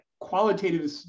qualitative